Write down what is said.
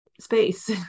space